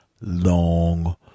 long